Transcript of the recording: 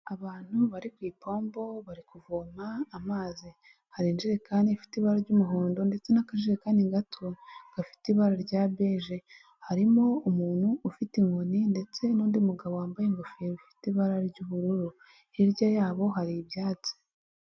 Abantu bari ku ipombo, bari kuvoma amazi. Hari injerekani ifite ibara ry'umuhondo ndetse n'akajerekani gato gafite ibara rya beje, harimo umuntu ufite inkoni ndetse n'undi mugabo wambaye ingofero ifite ibara ry'ubururu, hirya yabo hari ibyatsi.